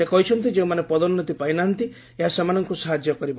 ସେ କହିଛନ୍ତି ଯେଉଁମାନେ ପଦୋନ୍ନତି ପାଇ ନାହାନ୍ତି ଏହା ସେମାନଙ୍କୁ ସାହାଯ୍ୟ କରିବ